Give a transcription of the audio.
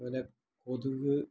അതുപോലെ കൊതുക്